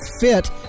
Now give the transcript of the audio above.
fit